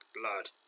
blood